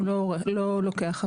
הוא לא לוקח הרבה זמן.